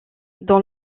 dans